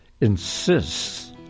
insists